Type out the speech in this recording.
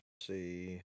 See